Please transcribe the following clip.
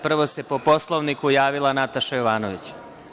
Prvo se po Poslovniku javila Nataša Jovanović.